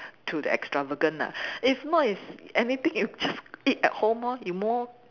to the extravagant lah if not is anything you just eat at home lor you more